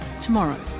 tomorrow